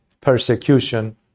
persecution